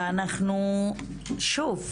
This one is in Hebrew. ואנחנו שוב,